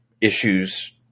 issues